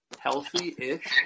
healthy-ish